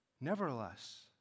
Nevertheless